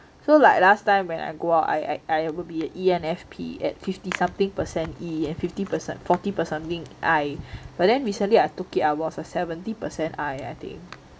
so like last time when I go out I I will be an E_N_F_P at fifty something percent e and fifty percent forty percent something i but then recently I took it I was a seventy percent i I think